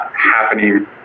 happening